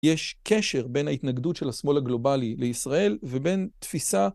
יש קשר בין ההתנגדות של השמאל הגלובלי לישראל ובין תפיסה...